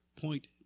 point